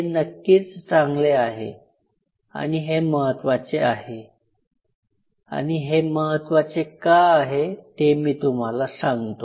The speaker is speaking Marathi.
हे नक्कीच चांगले आहे आणि महत्त्वाचे आहे आणि हे महत्त्वाचे का आहे ते मी तुम्हाला सांगतो